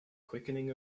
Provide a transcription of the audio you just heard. quickening